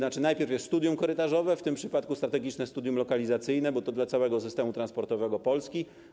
Najpierw jest studium korytarzowe, w tym przypadku strategiczne studium lokalizacyjne, bo to jest dla całego systemu transportowego Polski.